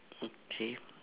okay